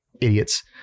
idiots